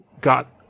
got